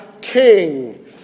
King